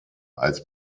als